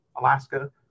Alaska